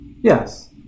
Yes